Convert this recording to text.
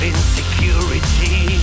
Insecurity